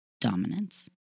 dominance